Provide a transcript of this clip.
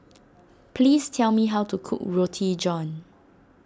please tell me how to cook Roti John